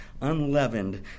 unleavened